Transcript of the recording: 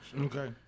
Okay